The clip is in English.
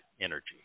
energy